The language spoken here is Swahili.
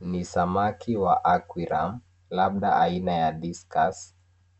Ni samaki wa aquarium labda aina ya discuss